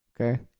Okay